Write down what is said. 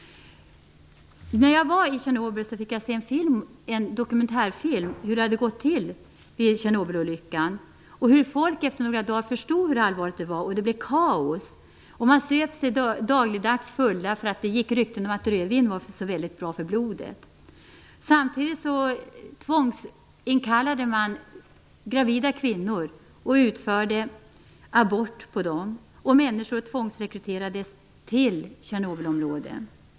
När jag var i Tjernobyl fick jag se en dokumentärfilm om hur det hade gått till vid Tjernobylolyckan och hur människor efter några dagar förstod hur allvarligt det var. Då blev det kaos. Man söp sig dagligdags full för att det gick rykten om att rödvin var bra för blodet. Samtidigt tvångsinkallade man gravida kvinnor och utförde abort på dem. Människor tvångsrekryterades till Tjernobylområdet.